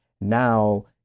Now